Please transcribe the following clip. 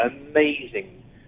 amazing